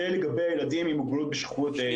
זה לגבי ילדים עם מוגבלות בשכיחות נמוכה.